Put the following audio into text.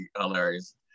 hilarious